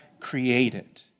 created